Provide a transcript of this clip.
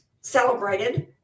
celebrated